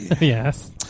Yes